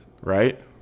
Right